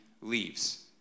leaves